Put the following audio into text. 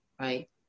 right